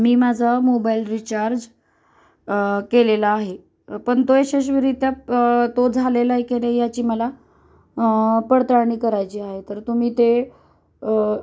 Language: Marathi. मी माझा मोबाईल रिचार्ज केलेला आहे पण तो यशस्वीरित्या तो झालेला आहे केले याची मला पडताळणी करायची आहे तर तुम्ही ते